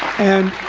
and